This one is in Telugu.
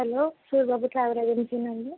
hello Suribabu travel ఏజెన్సీయేనండి